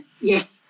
Yes